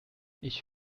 ich